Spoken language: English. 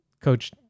coach